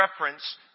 reference